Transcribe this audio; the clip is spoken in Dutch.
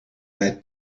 mij